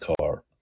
car